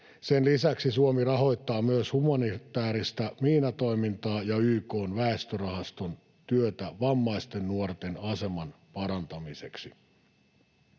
Sen lisäksi Suomi rahoittaa myös humanitääristä miinatoimintaa ja YK:n väestörahaston työtä vammaisten nuorten aseman parantamiseksi.